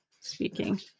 speaking